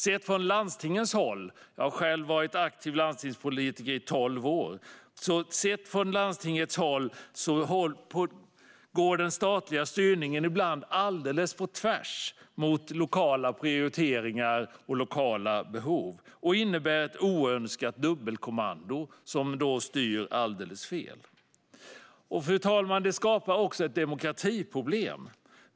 Sett från landstingens håll - jag har själv varit aktiv landstingspolitiker i tolv år - går den statliga styrningen ibland alldeles på tvärs mot lokala prioriteringar och behov och innebär ett oönskat dubbelkommando, som styr alldeles fel. Fru talman! Detta skapar också ett demokratiproblem.